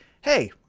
Hey